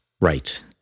right